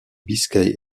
biscaye